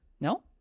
No